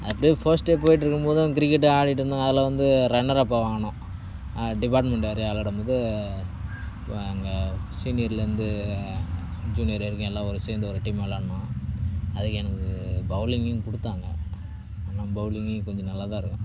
அப்படியே first year போய்ட்டு இருக்கும் போதுதான் கிரிக்கெட் ஆடிகிட்டு இருந்தோம் அதில் வந்து ரன்னர்அப் வாங்கினோம் டிப்பார்ட்மெண்ட்டோடு விளையாடும் போது நாங்கள் சீனியரிலேருந்து ஜூனியர் வரைக்கும் எல்லா ஒரு சேர்ந்து ஒரு டீம் விளையாடினோம் அதுக்கு எனக்கு பௌலிங்கும் கொடுத்தாங்க நம்ம பௌலிங் கொஞ்சம் நல்லாதான் இருக்கும்